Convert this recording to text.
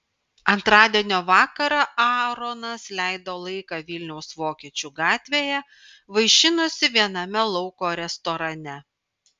antradienio vakarą aaronas leido laiką vilniaus vokiečių gatvėje vaišinosi viename lauko restorane